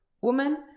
woman